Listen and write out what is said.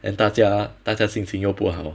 and 大家大家心情又不好